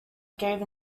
gave